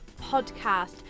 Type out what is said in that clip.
Podcast